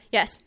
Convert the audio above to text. Yes